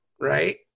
Right